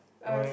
oh